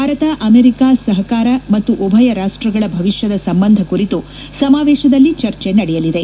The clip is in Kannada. ಭಾರತ ಆಮೆಂಕ ಸಪಕಾರ ಮತ್ತು ಉಭಯ ರಾಷ್ಟಗಳ ಭವಿಷ್ಯದ ಸಂಬಂಧ ಕುರಿತು ಸಮಾವೇಶದಲ್ಲಿ ಚರ್ಚೆ ನಡೆಯಲಿದೆ